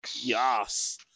Yes